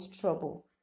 trouble